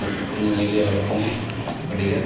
ᱦᱤᱡᱩᱜ ᱟᱠᱚ ᱧᱮᱧᱮᱞᱤᱭᱟᱹ ᱦᱚᱲ ᱠᱚᱦᱚᱸ ᱟᱹᱰᱤᱜᱟᱱ